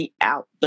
out